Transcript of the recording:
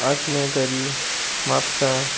आसलें तरी म्हापसा